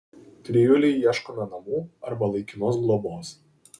trijulei ieškome namų arba laikinos globos